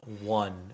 one